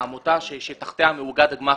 העמותה שתחתיה מאוגד הגמ"ח,